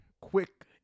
quick